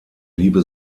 liebe